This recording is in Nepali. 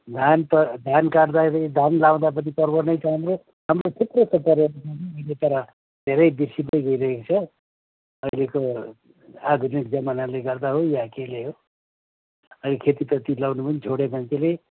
धान प धान काट्दाखेरि धान लाउँदा पनि पर्व नै छ हाम्रो हाम्रो थुप्रो तर धेरै बिर्सिँदै गइरहेको छ अहिलेको आधुनिक जमानाले गर्दा हो या केले हो अहिले खेतीपाती लाउनु पनि छोडे मान्छेले